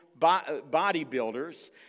bodybuilders